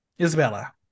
isabella